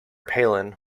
palin